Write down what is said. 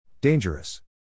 Dangerous